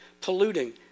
polluting